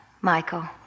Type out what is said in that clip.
michael